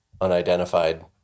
unidentified